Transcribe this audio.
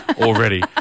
already